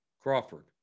Crawford